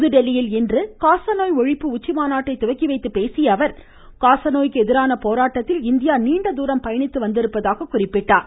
புதுதில்லியில் இன்று காசநோய் ஒழிப்பு உச்சிமாநாட்டை துவக்கி வைத்து பேசிய அவர் காசநோய்க்கு எதிரான போராட்டத்தில் இந்தியா நீண்டதூரம் பயணித்து வந்திருப்பதாக எடுத்துரைத்தார்